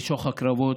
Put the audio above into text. בשוך הקרבות,